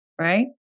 right